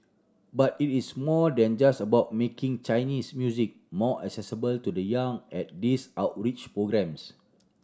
but it is more than just about making Chinese music more accessible to the young at these outreach programmes